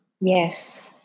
Yes